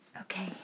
Okay